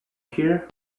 here